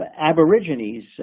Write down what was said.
aborigines